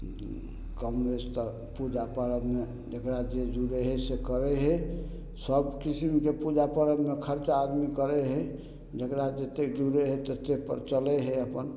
कम बेस तऽ पूजा पर्वमे जकरा जे जुड़य हइसे करय हइ सब किसिमके पूजा पर्वमे खर्चा आदमी करय हइ जकरा जते जुड़य हइ तत्ते पर चलय हइ अपन